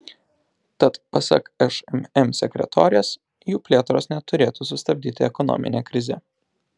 tad pasak šmm sekretorės jų plėtros neturėtų sustabdyti ekonominė krizė